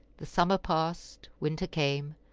the summer passed, winter came,